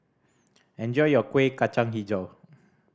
enjoy your Kueh Kacang Hijau